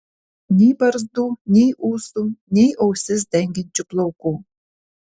nei barzdų nei ūsų nei ausis dengiančių plaukų